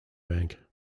bank